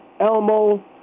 Elmo